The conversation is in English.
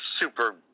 super